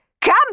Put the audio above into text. Come